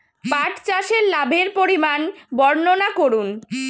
পাঠ চাষের লাভের পরিমান বর্ননা করুন?